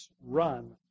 Run